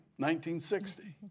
1960